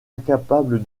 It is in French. incapable